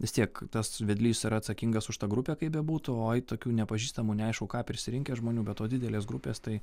vis tiek tas vedlys yra atsakingas už tą grupę kaip bebūtų o eit tokių nepažįstamų neaišku ką prisirinkę žmonių be to didelės grupės tai